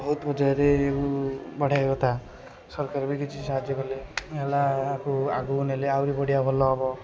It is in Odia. ବହୁତ ପୂଜାରେ ବଢ଼େଇବା କଥା ସରକାର ବି କିଛି ସାହାଯ୍ୟ କଲେ ନେଲା ଆକୁ ଆଗକୁ ନେଲେ ଆହୁରି ବଢ଼ିଆ ଭଲ ହେବ